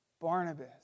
Barnabas